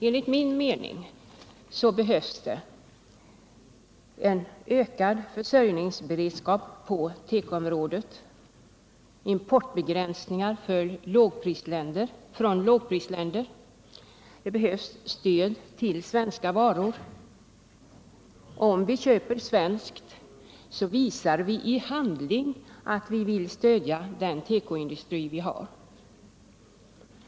Enligt min mening behövs det en ökad försörjningsberedskap på tekoområdet, begränsningar av importen från lågprisländer och stöd till svenska varor. Om vi köper svenskt så visar vi i handling att vi vill stödja den tekoindustri vi har.